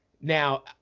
Now